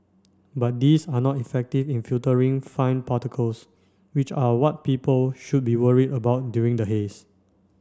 but these are not effective in filtering fine particles which are what people should be worried about during the haze